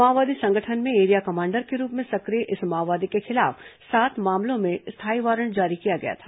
माओवादी संगठन में एरिया कमांडर के रूप में सक्रिय इस माओवादी के खिलाफ सात मामलों में स्थायी वारंट जारी किया गया था